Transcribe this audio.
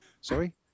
Sorry